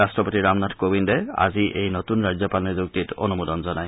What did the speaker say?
ৰাষ্ট্ৰপতি ৰামনাথ কোবিন্দে আজি এই নতুন ৰাজ্যপাল নিযুক্তিত অনুমোদন জনায়